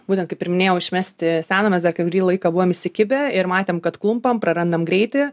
būtent kaip ir minėjau išmesti seną mes dar kurį laiką buvom įsikibę ir matėm kad klumpam prarandam greitį